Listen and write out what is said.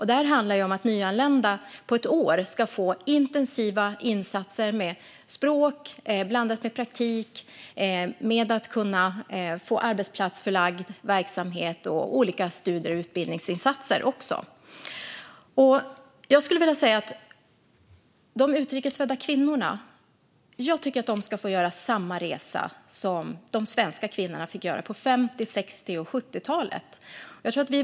Det handlar om att nyanlända på ett år ska få intensiva insatser med språk blandat med praktik, arbetsplatsförlagd verksamhet och också olika studie och utbildningsinsatser. Jag tycker att de utrikes födda kvinnorna ska få göra samma resa som de svenska kvinnorna fick göra på 50-, 60 och 70-talet.